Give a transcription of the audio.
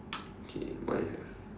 okay mine have